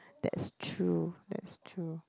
that's true